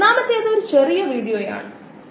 നമ്മൾ ഇത് മനസ്സിൽ സൂക്ഷിക്കേണ്ടതുണ്ട്